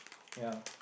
yep